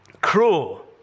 cruel